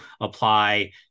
apply